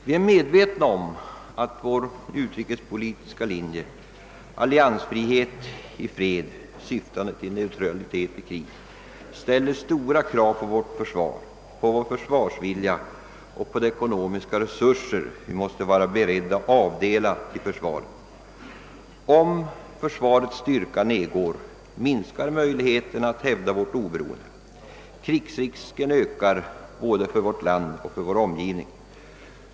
Vi är alla medvetna om att vår utrikespolitiska linje — alliansfrihet i fred syftande till neutralitet i krig — ställer stora krav på vårt försvar, på vår försvarsvilja och på de ekonomiska resurser vi måste vara beredda avdela till försvaret. Om försvarets styrka nedgår, minskar möjligheterna att hävda vårt oberoende. Krigsrisken ökar för både vårt land och vår omgivning.